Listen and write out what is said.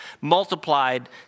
multiplied